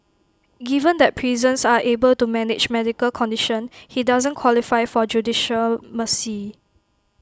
given that prisons are able to manage medical condition he doesn't qualify for judicial mercy